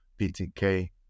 ptk